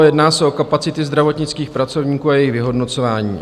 Jedná se o kapacity zdravotnických pracovníků a jejich vyhodnocování.